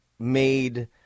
made